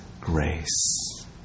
grace